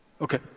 Okay